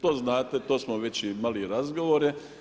To znate, to smo već imali razgovore.